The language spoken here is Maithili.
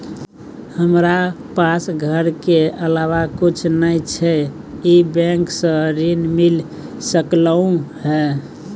हमरा पास घर के अलावा कुछ नय छै ई बैंक स ऋण मिल सकलउ हैं?